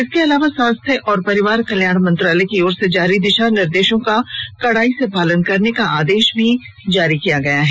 इसके अलावा स्वास्थ्य और परिवार कल्याण मंत्रालय की ओर से जारी दिशा निर्देशों का कड़ाई से पालन करने का आदेश भी जारी किया गया हैं